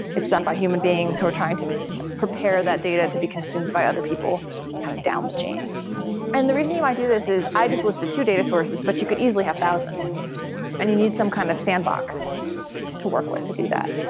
it's done by human beings who are trying to prepare that data to be consumed by other people kind of down the chain and the reason you might do this is i just listed two data sources, but you could easily have thousands and you need some kind of sandbox to work with to do that.